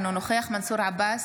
אינו נוכח מנסור עבאס,